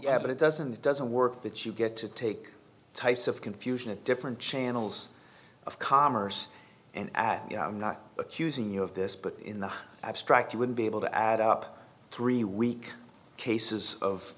yeah but it doesn't it doesn't work that you get to take types of confusion at different channels of commerce and i am not accusing you of this but in the abstract you wouldn't be able to add up three week cases of